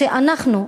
שאנחנו,